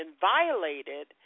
violated